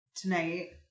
tonight